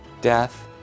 death